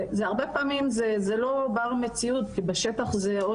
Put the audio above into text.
זה הרבה פעמים זה לא בר מציאות, כי בשטח זה או